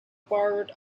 borrowed